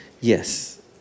yes